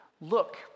look